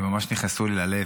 הם ממש נכנסו לי ללב.